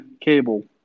cable